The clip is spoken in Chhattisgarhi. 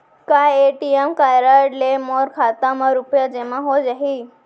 का ए.टी.एम कारड ले मोर खाता म रुपिया जेमा हो जाही?